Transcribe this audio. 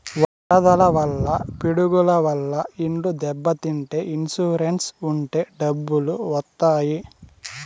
వరదల వల్ల పిడుగుల వల్ల ఇండ్లు దెబ్బతింటే ఇన్సూరెన్స్ ఉంటే డబ్బులు వత్తాయి